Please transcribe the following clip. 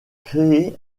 créer